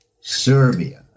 Serbia